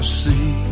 see